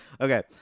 Okay